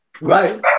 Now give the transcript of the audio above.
Right